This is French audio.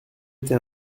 été